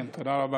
כן, תודה רבה.